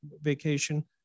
vacation